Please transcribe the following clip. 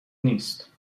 نیست